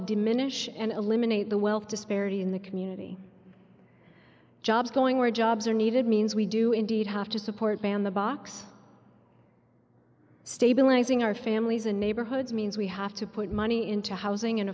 diminish and eliminate the wealth disparity in the community jobs going where jobs are needed means we do indeed have to support and the box stabilizing our families and neighborhoods means we have to put money into housing